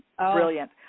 brilliant